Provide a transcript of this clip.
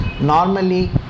Normally